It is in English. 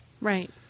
Right